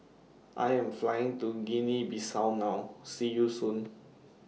I Am Flying to Guinea Bissau now See YOU Soon